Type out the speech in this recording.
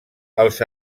els